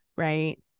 right